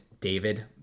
David